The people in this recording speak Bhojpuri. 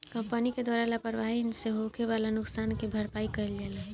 कंपनी के द्वारा लापरवाही से होखे वाला नुकसान के भरपाई कईल जाला